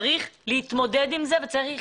צריך להתמודד את זה וצריך,